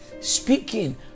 speaking